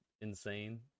insane